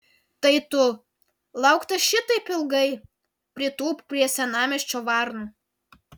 tai tu lauktas šitaip ilgai pritūpk prie senamiesčių varnų